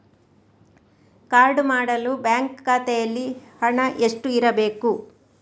Card ಮಾಡಲು bank ಖಾತೆಯಲ್ಲಿ ಹಣ ಎಷ್ಟು ಇರಬೇಕು?